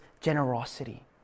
generosity